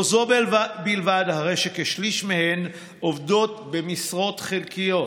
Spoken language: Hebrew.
לא זו בלבד, כשליש מהן עובדות במשרות חלקיות.